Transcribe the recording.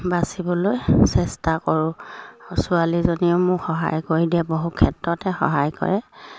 বাচিবলৈ চেষ্টা কৰোঁ ছোৱালীজনীয়েও মোক সহায় কৰি দিয়ে বহু ক্ষেত্ৰতে সহায় কৰে